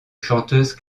chanteuse